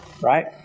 right